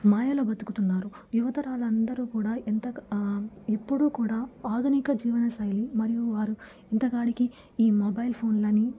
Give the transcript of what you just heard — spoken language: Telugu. మాయలో బతుకుతున్నారు యువతరాలు అందరూ కూడా ఎంత ఎప్పుడూ కూడ ఆధునిక జీవనశైలి మరియు వారు ఎంతకాడికి ఈ మొబైల్ ఫోన్లని